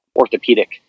orthopedic